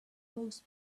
most